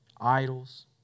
idols